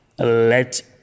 let